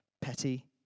petty